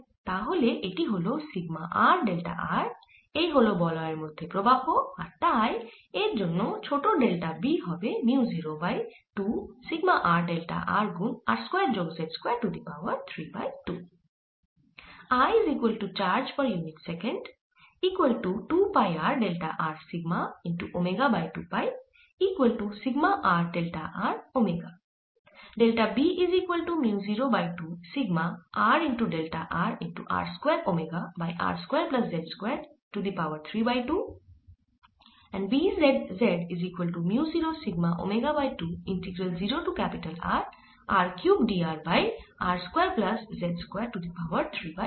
তাহলে এটি হল সিগমা r ডেল্টা r এই হল বলয়ের মধ্যে প্রবাহ আর তাই এঁর জন্য ছোট ডেল্টা B হবে mu 0 by 2 sigma r delta r গুন r স্কয়ার যোগ z square to the power 3 বাই 2